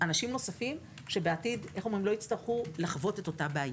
אנשים נוספים שבעתיד לא יצטרכו לחוות את אותה בעיה.